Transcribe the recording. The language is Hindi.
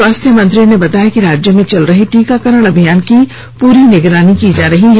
स्वास्थ्य मंत्री ने बताया कि राज्य में चल रहे टीकाकरण अभियान की पूरी निगरानी की जा रही है